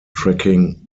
tracking